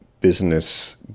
business